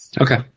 Okay